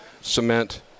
cement